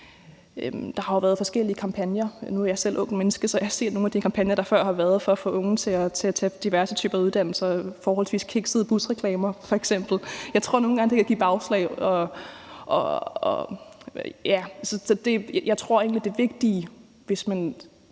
Der har været forskellige kampagner, og nu er jeg jo selv et ungt menneske, så jeg har set nogle af de kampagner, der før har været for at få unge til at tage diverse typer uddannelser, f.eks. forholdsvis kiksede busreklamer. Jeg tror nogle gange, det kan give bagslag, og jeg tror egentlig, at det vigtige, hvis vi